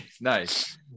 nice